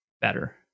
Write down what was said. better